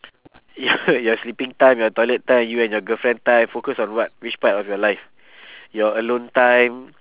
your your sleeping time your toilet time you and your girlfriend time focus on what which part of your life your alone time